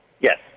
yes